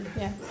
Yes